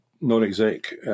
non-exec